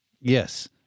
Yes